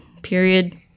Period